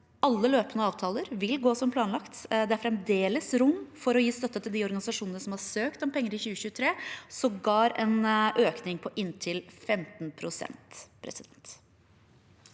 alle løpende avtaler vil gå som planlagt. Det er fremdeles rom for å gi støtte til de organisasjonene som har søkt om penger i 2023, sågar en økning på inntil 15 pst.